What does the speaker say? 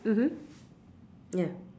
mmhmm ya